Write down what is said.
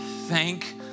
thank